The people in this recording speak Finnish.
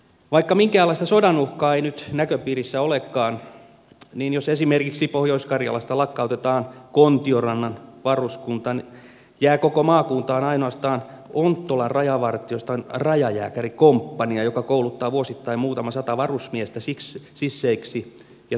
vaikka minkäänlaista sodanuhkaa ei nyt näköpiirissä olekaan niin jos esimerkiksi pohjois karjalasta lakkautetaan kontiorannan varuskunta jää koko maakuntaan ainoastaan onttolan rajavartioston rajajääkärikomppania joka kouluttaa vuosittain muutama sata varusmiestä sisseiksi ja tiedustelijoiksi